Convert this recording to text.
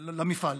למפעל.